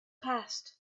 passed